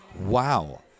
wow